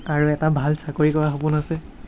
আৰু এটা ভাল চাকৰি কৰাৰ সপোন আছে